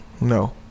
No